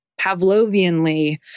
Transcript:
Pavlovianly